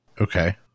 Okay